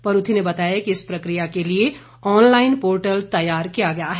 परूथी ने बताया कि इस प्रक्रिया के लिए ऑनलाईन पोर्टल तैयार किया गया है